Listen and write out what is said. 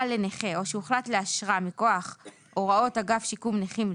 לנכה או שהוחלט לאשרה מכוח הוראות אגף שיקום נכים,